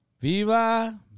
¡Viva